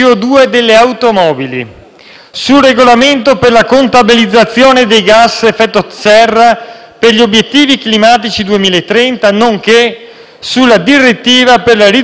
per gli obiettivi climatici 2030, nonché sulla direttiva per la riduzione della plastica monouso. Non finisce qui: